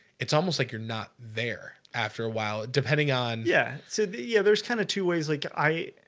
it's almost like you're not there after a while depending on yeah, so yeah, there's kind of two ways. like i